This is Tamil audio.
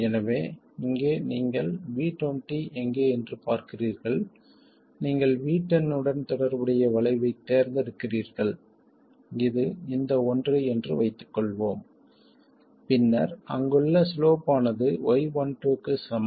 எனவே இங்கே நீங்கள் V20 எங்கே என்று பார்க்கிறீர்கள் நீங்கள் V10 உடன் தொடர்புடைய வளைவைத் தேர்ந்தெடுக்கிறீர்கள் இது இந்த ஒன்று என்று வைத்துக்கொள்வோம் பின்னர் அங்குள்ள சிலோப் ஆனது y12 க்கு சமம்